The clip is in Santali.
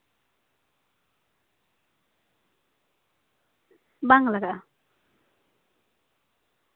ᱵᱟᱝ ᱞᱟᱜᱟᱜᱼᱟ